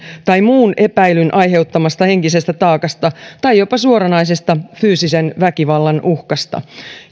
tai muun epäilyn aiheuttamasta henkisestä taakasta tai jopa suoranaisesta fyysisen väkivallan uhkasta